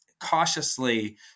cautiously